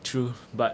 true but